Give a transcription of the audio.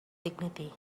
dignity